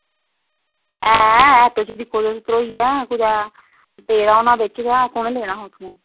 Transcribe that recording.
ऐ आटो च दिक्खो तुस ध्रोइयै कुदै पेदा होना बिच्च गै कुन्नै लैना हा उत्थुआं